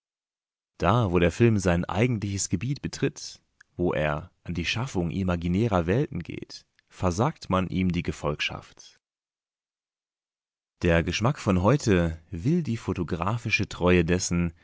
da wo der film sein eigentliches gebiet betritt wo er an die schaffung imaginärer welten geht versagt man ihm die gefolgschaft der geschmack von heute will die photographische treue dessen